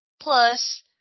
Plus